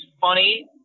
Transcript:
funny